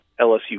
LSU